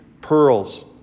pearls